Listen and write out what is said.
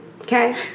Okay